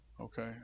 Okay